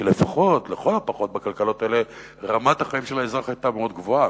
כי לכל הפחות בכלכלות האלה רמת החיים של האזרח היתה מאוד גבוהה.